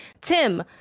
tim